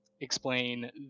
explain